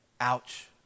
Ouch